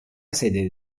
sede